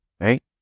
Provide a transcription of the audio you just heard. right